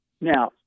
now